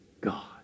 God